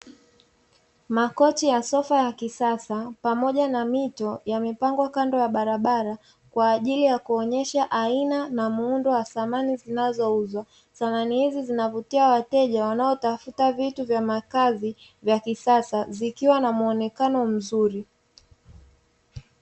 Makochi ya sofa ya kisasa pamoja na mito yamepangwa kando ya barabara kwa ajili ya kuonyesha aina na muundo wa samani zinazouzwa, samani hizi zinavutia wateja wanaotafuta vitu vya makazi vya kisasa, zikiwa na muonekano mzuri.